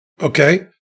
okay